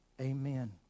Amen